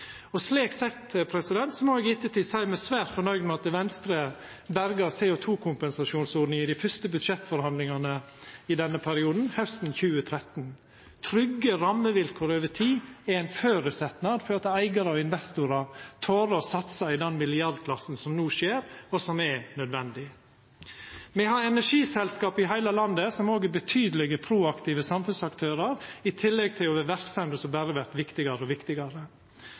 kjekt. Slik sett må eg i ettertid seia at me er svært fornøgde med at Venstre berga CO 2 -kompensasjonsordninga i dei fyrste budsjettforhandlingane i denne perioden, hausten 2013. Trygge rammevilkår over tid er ein føresetnad for at eigarar og investorar tør å satsa i milliardklassen, som no skjer, og som er nødvendig. Me har energiselskap i heile landet som òg er betydelege proaktive samfunnsaktørar, i tillegg til å vera verksemder som berre vert viktigare og viktigare.